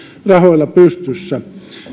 rahoilla pystyssä